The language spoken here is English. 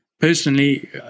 Personally